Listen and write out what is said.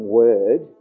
word